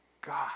God